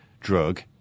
drug